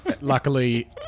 Luckily